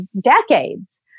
decades